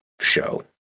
show